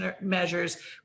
measures